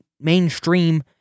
mainstream